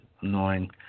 Annoying